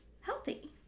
healthy